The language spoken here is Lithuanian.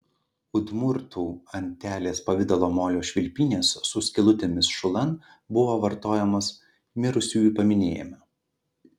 udmurtų antelės pavidalo molio švilpynės su skylutėmis šulan buvo vartojamos mirusiųjų paminėjime